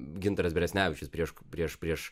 gintaras beresnevičius prieš prieš prieš